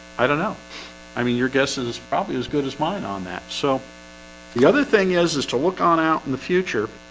i don't know i mean you're guessing this probably as good as mine on that. so the other thing is is to look on out in the future